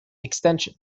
extension